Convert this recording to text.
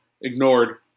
ignored